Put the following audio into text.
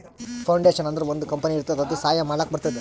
foundation ಅಂದುರ್ ಒಂದ್ company ಇರ್ತುದ್ ಅದು ಸಹಾಯ ಮಾಡ್ಲಕ್ ಇರ್ತುದ್